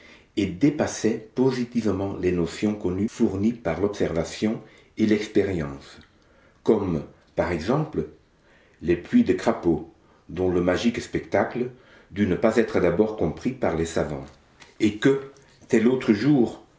et dépassait positivement les notions connues fournies par l'observation et l'expérience comme par exemple les pluies de crapauds dont le magique spectacle dut ne pas être d'abord compris par les savants et que tel autre jour